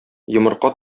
йомырка